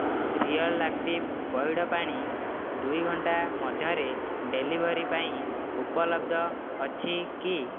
real active ପଇଡ଼ ପାଣି ଦୁଇ ଘଣ୍ଟା ମଧ୍ୟରେ ଡେଲିଭରି ପାଇଁ ଉପଲବ୍ଧ ଅଛି କି